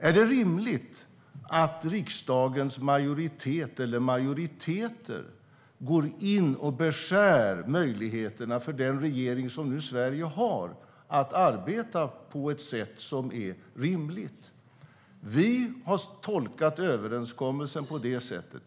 Är det rimligt att riksdagens majoritet, eller majoriteter, går in och beskär möjligheterna för den regering som Sverige nu har att arbeta på ett rimligt sätt? Vi har tolkat överenskommelsen på det sättet.